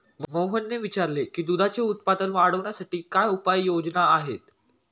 मोहनने विचारले की दुधाचे उत्पादन वाढवण्यासाठी काय उपाय योजना आहेत?